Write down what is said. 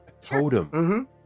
totem